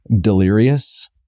delirious